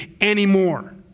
anymore